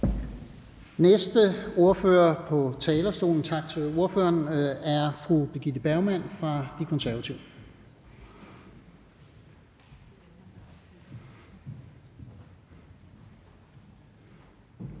næste ordfører på talerstolen er fru Birgitte Bergman fra De Konservative.